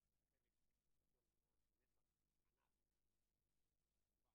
היקף המספרים של האנשים שמועסקים על